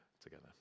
together